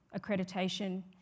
accreditation